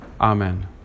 amen